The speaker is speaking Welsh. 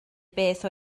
beth